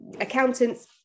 accountants